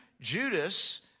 Judas